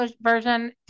version